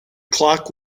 clock